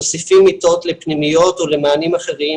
מוסיפים מיטות לפנימיות או למענים אחרים,